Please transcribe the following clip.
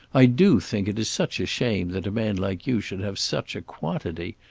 i do think it is such a shame that a man like you should have such a quantity,